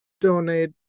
donate